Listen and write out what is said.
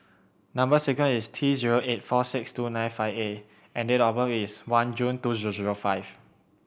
number sequence is T zero eight four six two nine five A and date of birth is one June two zero zero five